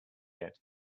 yet